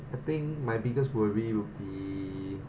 I think my biggest worry would be